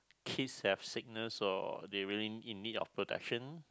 kids have sickness or they really in need of protection